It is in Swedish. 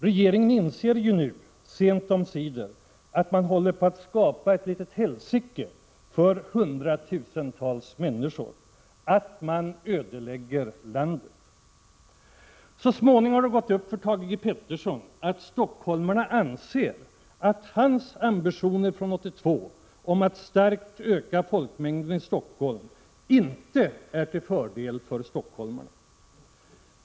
Regeringen inser ju nu, sent omsider, att man håller på att skapa ett litet helsike för hundratusentals människor, att man ödelägger landet. Så småningom har det gått upp för Thage G. Peterson att stockholmarna anser att hans ambitioner från 1982, om att starkt öka folkmängden i Stockholm, inte är till fördel för stockholmarna.